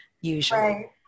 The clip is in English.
usually